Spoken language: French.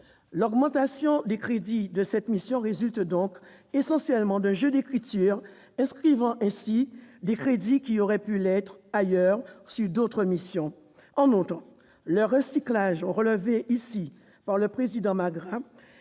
L'augmentation des crédits de cette mission résulte donc essentiellement d'un jeu d'écritures, inscrivant ici des crédits qui auraient pu l'être ailleurs, dans d'autres missions. En outre, le « recyclage » mentionné par le président Magras